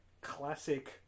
classic